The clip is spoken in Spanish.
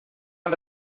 han